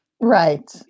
Right